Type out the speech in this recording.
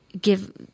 give